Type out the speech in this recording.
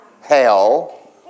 Hell